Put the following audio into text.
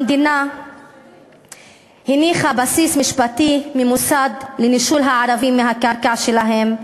המדינה הניחה בסיס משפטי ממוסד לנישול הערבים מהקרקע שלהם.